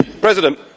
President